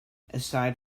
aside